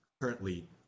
currently